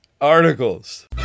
articles